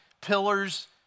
pillars